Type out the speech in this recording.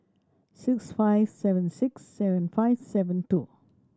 six five seven six seven five seven two